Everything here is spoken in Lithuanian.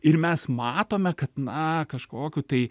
ir mes matome kad na kažkokių tai